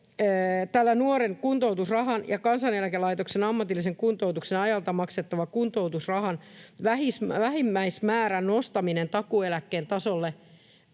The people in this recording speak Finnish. että nuoren kuntoutusrahan ja Kansaneläkelaitoksen ammatillisen kuntoutuksen ajalta maksettavan kuntoutusrahan vähimmäismäärän nostaminen takuueläkkeen tasolle